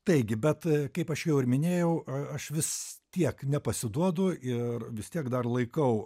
taigi bet kaip aš jau ir minėjau aš vis tiek nepasiduodu ir vis tiek dar laikau